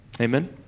Amen